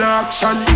action